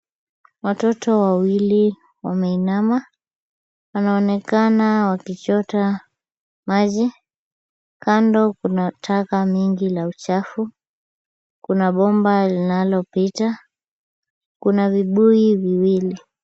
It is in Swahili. Watoto wawili wameinama. Wanaonekana wakichota maji. Kando kuna taka mingi la uchafu. Kuna bomba linalopita. Kuna vibuyu viwili.